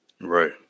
Right